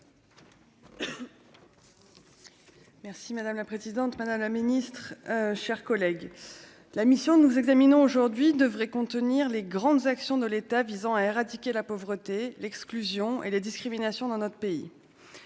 Merci madame la présidente, madame la ministre, chers collègues, la mission nous examinons aujourd'hui devrait contenir les grandes actions de l'État visant à éradiquer la pauvreté et l'exclusion et la discrimination dans notre pays,